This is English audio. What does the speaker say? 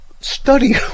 study